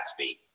Gatsby